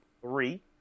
three